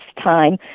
time